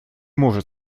может